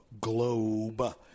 globe